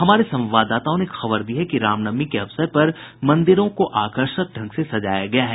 हमारे संवाददाताओं ने खबर दी है कि रामनवमी के अवसर पर मंदिरों को आकर्षक ढंग से सजाया गया है